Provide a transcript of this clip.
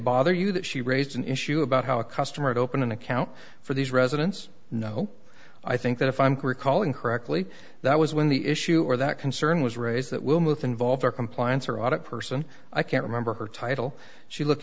bother you that she raised an issue about how a customer to open an account for these residents know i think that if i'm correct calling correctly that was when the issue or that concern was raised that we'll move to involve her compliance or audit person i can't remember her title she look